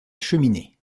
cheminée